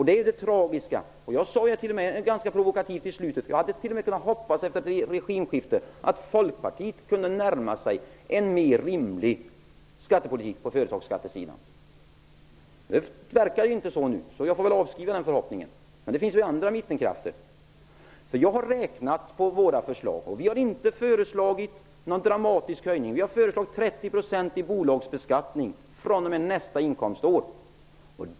Det är tragiskt. Jag sade t.o.m. ganska provokativt i slutet av mitt anförande att jag hade hoppats att Folkpartiet efter ett regimskifte skulle kunna närma sig en mer rimlig skattepolitik på företagsskattesidan. Det verkar inte så nu. Därför får jag avskriva den förhoppningen, men det finns andra mittenkrafter. Jag har räknat på våra förslag. Vi har inte föreslagit någon dramatisk höjning. Vi har föreslagit 30 % i bolagsbeskattning fr.o.m. nästa inkomstår.